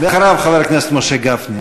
ואחריו, חבר הכנסת משה גפני.